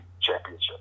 Championship